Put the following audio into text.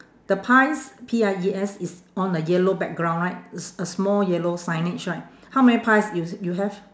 the pies P I E S is on a yellow background right a s~ a small yellow signage right how many pies you you have